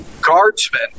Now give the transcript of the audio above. guardsmen